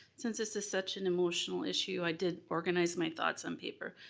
since this is such an emotional issue, i did organize my thoughts on paper.